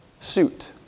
suit